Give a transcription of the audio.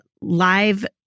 live